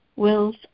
wills